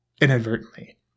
inadvertently